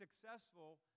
successful